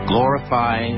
Glorify